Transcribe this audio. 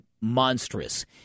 monstrous